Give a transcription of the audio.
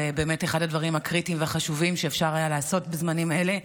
זה באמת אחד הדברים הקריטיים והחשובים שאפשר היה לעשות בזמנים האלה.